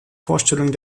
vorstellung